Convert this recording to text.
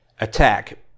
attack